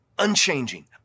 unchanging